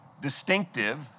distinctive